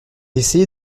essayé